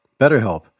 BetterHelp